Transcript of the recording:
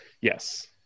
Yes